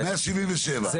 זה,